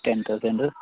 ten thousand